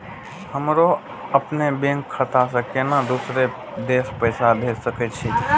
हमरो अपने बैंक खाता से केना दुसरा देश पैसा भेज सके छी?